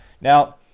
Now